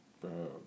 Bro